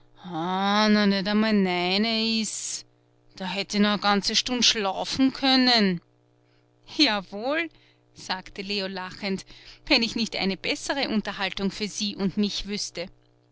da hätt i noch a ganze stund schlafen können jawohl sagte leo lachend wenn ich nicht eine bessere unterhaltung für sie und mich wüßte